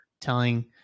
telling